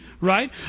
right